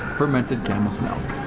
fermented camel's milk.